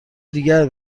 دیگر